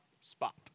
spot